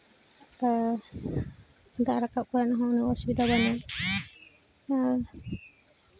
ᱟᱨ ᱫᱟᱜ ᱨᱟᱠᱟᱵ ᱠᱟᱱ ᱨᱮᱦᱚᱸ ᱩᱱᱟᱹᱜ ᱚᱥᱩᱵᱤᱫᱷᱟ ᱵᱟᱹᱱᱩᱜᱼᱟ ᱟᱨ